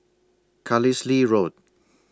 Carlisle Road